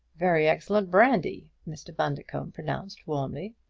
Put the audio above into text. very excellent brandy! mr. bundercombe pronounced warmly.